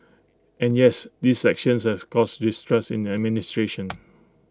and yes these actions have caused distrust in administration